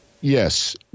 Yes